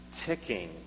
ticking